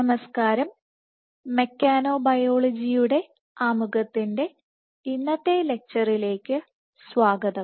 നമസ്കാരം മെക്കനോബയോളജിയുടെ ആമുഖത്തിന്റെ ഇന്നത്തെ ലെക്ച്ചറിലേക്ക് സ്വാഗതം